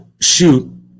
shoot